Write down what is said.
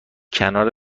کنار